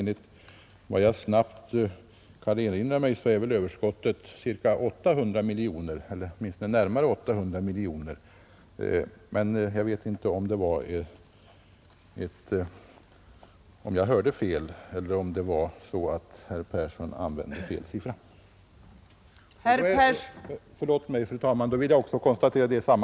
Enligt vad jag kan erinra mig är överskottet närmare 800 miljoner kronor. Jag vet inte om jag hörde fel eller om herr Persson använde fel siffror.